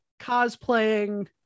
cosplaying